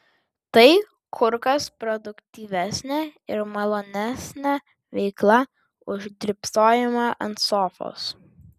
tai kur kas produktyvesnė ir malonesnė veikla už drybsojimą ant sofos